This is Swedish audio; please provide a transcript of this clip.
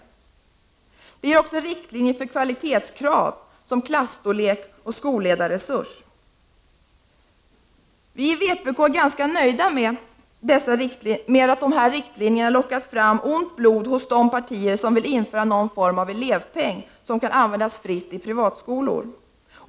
Vi ger också riktlinjer för kvalitetskrav som klasstorlek och skolledarresurs. Vi är i vpk ganska nöjda med att dessa riktlinjer lockat fram ont blod hos de partier som vill införa någon form av elevpeng, som kan användas fritt i privatskolor.